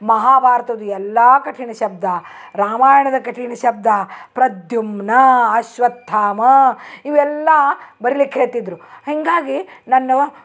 ಮಹಾಭಾರತದ್ದು ಎಲ್ಲ ಕಠಿಣ ಶಬ್ದ ರಾಮಾಯಣದ ಕಠಿಣ ಶಬ್ದ ಪ್ರಧ್ಯುಮ್ನ ಅಶ್ವಥ್ಥಾಮ ಇವೆಲ್ಲ ಬರಿಲಿಕ್ಕೆ ಹೇಳ್ತಿದ್ದರು ಹೀಗಾಗಿ ನನ್ನ